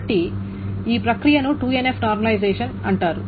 కాబట్టి ఈ ప్రక్రియను 2NF నార్మలైజేషన్ అంటారు